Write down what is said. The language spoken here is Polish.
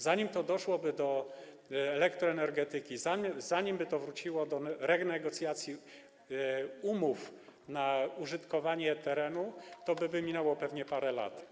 Zanim to doszłoby do elektroenergetyki, zanim by to wróciło do renegocjacji umów na użytkowanie terenu, to minęłoby pewnie parę lat.